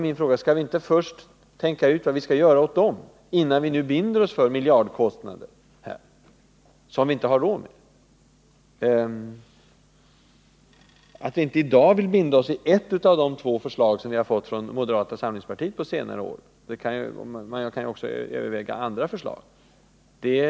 Min fråga är: Skall vi inte först tänka ut vad vi skall göra för dem, innan vi binder oss för miljardkostnader som vi inte har råd med? Att vi i dag inte vill binda oss vid ett av de två förslag om stöd till flerbarnsfamiljerna som under senare år har kommit från moderata samlingspartiet är inte så konstigt — man kan ju också överväga andra förslag.